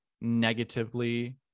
negatively